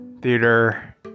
theater